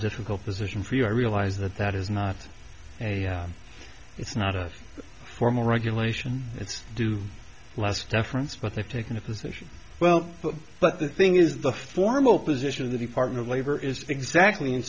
difficult position for you i realize that that is not a it's not a formal regulation it's due less deference but they've taken a position well but the thing is the formal position of the department of labor is exactly in